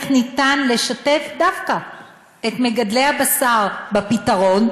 איך ניתן דווקא לשתף את מגדלי הבשר בפתרון,